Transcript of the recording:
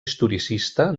historicista